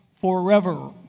forever